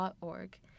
org